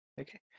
okay